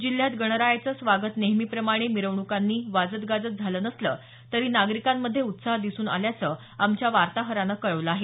जिल्ह्यात गणरायाचं स्वागत नेहमीप्रमाणे मिरवण्कांनी वाजत गाजत झालं नसलं तरी नागरिकांमधे उत्साह दिसून आल्याचं आमच्या वार्ताहरानं कळवलं आहे